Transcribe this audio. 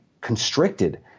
constricted